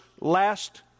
last